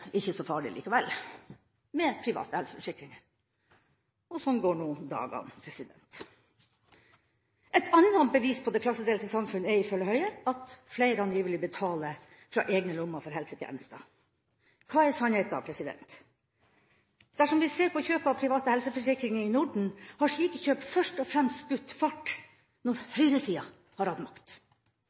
ikke så farlig likevel med private helseforsikringer. Og sånn går no dagan! Et annet bevis på det klassedelte samfunn er, ifølge Høie, at flere angivelig betaler av egen lomme for helsetjenester. Hva er sannheten? Dersom vi ser på kjøp av private helseforsikringer i Norden, har slike kjøp først og fremst skutt fart når høyresida har